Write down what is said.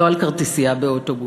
לא על כרטיסייה באוטובוס,